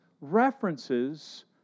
references